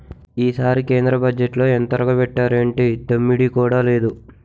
ఈసారి కేంద్ర బజ్జెట్లో ఎంతొరగబెట్టేరేటి దమ్మిడీ కూడా లేదు